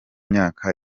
myaka